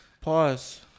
Pause